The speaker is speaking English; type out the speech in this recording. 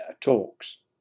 talks